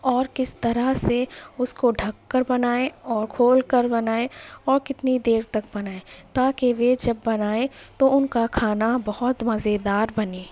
اور کس طرح سے اس کو ڈھک کر بنائیں اور کھول کر بنائیں اور کتنی دیر تک بنائیں تاکہ وے جب بنائیں تو ان کا کھانا بہت مزے دار بنے